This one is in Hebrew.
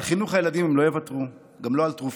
על חינוך הילדים הם לא יוותרו, גם לא על תרופות,